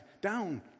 down